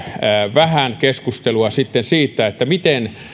vähän keskustelua siitä miten